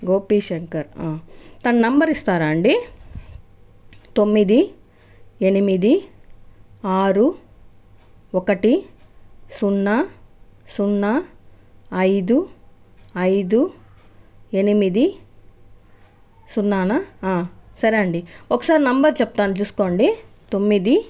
గోపి శంకర్ తన నెంబరు ఇస్తారా అండి తొమ్మిది ఎనిమిది ఆరు ఒకటి సున్నా సున్నా ఐదు ఐదు ఎనిమిది సున్నానా సరే అండి ఒకసారి నంబర్ చెప్తాను చూసుకోండి తొమ్మిది